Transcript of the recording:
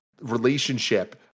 relationship